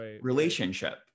relationship